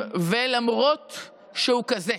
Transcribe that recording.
ולמרות שהוא כזה,